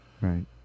Right